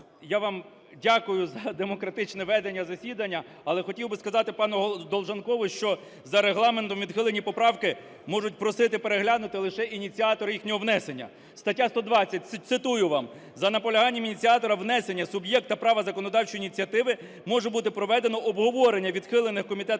я вам дякую за демократичне ведення засідання, але хотів би сказати пану Долженкову, що за Регламентом відхилені поправки можуть просити переглянути лише ініціатори їхнього внесення, стаття 120, цитую вам: "За наполяганням ініціатора внесення суб'єкта права законодавчої ініціативи може бути проведено обговорення відхилених комітетом